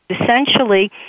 Essentially